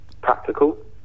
practical